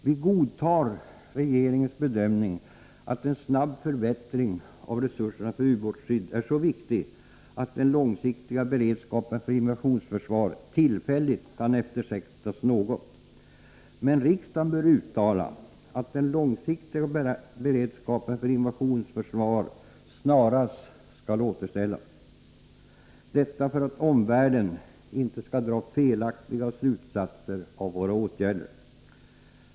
Vi godtar regeringens bedömning att en snabb förbättring av resurserna för ubåtsskydd är så viktig att den långsiktiga beredskapen för invasionsförsvar tillfälligt kan eftersättas något. Riksdagen bör dock uttala att den långsiktiga beredskapen för invasionsförsvar snarast skall återställas, detta för att omvärlden icke skall dra felaktiga slutsatser av våra åtgärder.